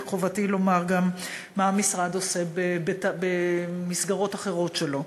וחובתי לומר גם מה המשרד עושה במסגרות אחרות שלו.